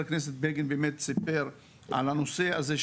שחה"כ בגין סיפר על הנושא הזה,